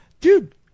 dude